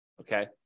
Okay